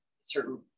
certain